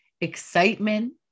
excitement